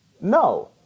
No